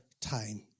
time